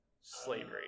slavery